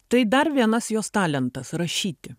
tai dar vienas jos talentas rašyti